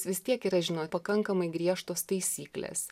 vis tiek yra žinot pakankamai griežtos taisyklės